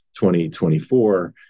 2024